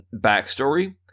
backstory